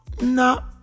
No